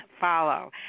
follow